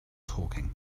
talking